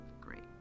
Great